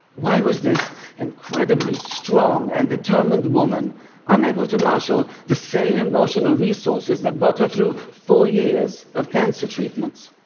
why was this incredibly strong and determined woman unable to marshal the same emotional resources that got her through four years of cancer treatments?